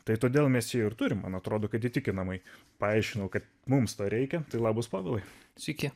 tai todėl mesiju ir turi man atrodo kad įtikinamai paaiškino kad mums to reikia tai labas povilai sykį